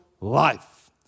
life